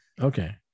Okay